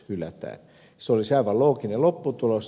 se olisi aivan looginen lopputulos